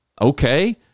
Okay